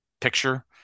picture